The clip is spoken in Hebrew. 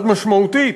מאוד משמעותית,